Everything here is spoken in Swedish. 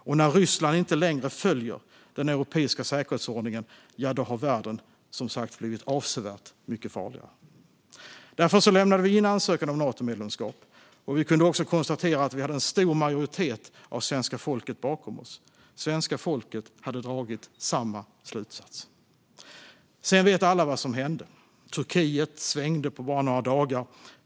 Och när Ryssland inte längre följer den europeiska säkerhetsordningen, ja, då har världen som sagt blivit avsevärt mycket farligare. Därför lämnade vi in en ansökan om Natomedlemskap, och vi kunde också konstatera att vi hade en stor majoritet av svenska folket bakom oss. Svenska folket hade dragit samma slutsats. Sedan vet alla vad som hände. Turkiet svängde på bara några dagar.